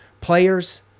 players